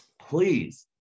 please